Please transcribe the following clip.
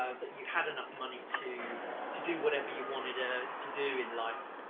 ah that you had enough money to to do whatever you wanted ah to do in life,